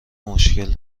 مشکل